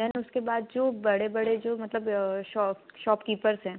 then उसके बाद जो बड़े बड़े जो मतलब शॉप शॉपकीपर्स हैं